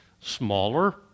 smaller